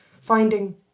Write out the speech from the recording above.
finding